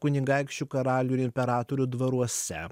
kunigaikščių karalių ir imperatorių dvaruose